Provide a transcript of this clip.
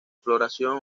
floración